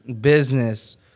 business